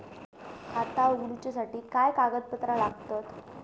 खाता उगडूच्यासाठी काय कागदपत्रा लागतत?